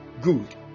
Good